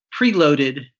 preloaded